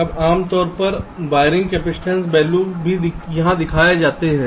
अब आमतौर पर वायरिंग कैपेसिटेंस वैल्यू भी यहां दिखाए जाते हैं